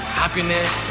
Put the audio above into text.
happiness